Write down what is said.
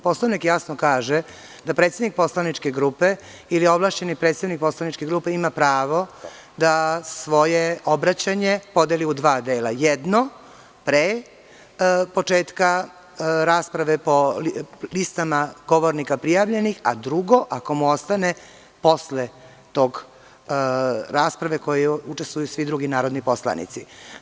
Poslovnik jasno kaže da predsednik poslaničke grupe ili ovlašćeni predstavnik poslaničke grupe ima pravo da svoje obraćanje podeli u dva dela, jedno pre početka rasprave po listama prijavljenih govornika, a drugo, ako mu ostane, posle rasprave u kojoj učestvuju svi drugi narodni poslanici.